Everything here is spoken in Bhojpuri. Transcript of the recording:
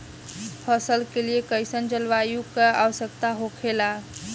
फसल के लिए कईसन जलवायु का आवश्यकता हो खेला?